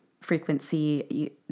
frequency